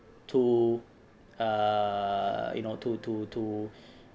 to err you know to to to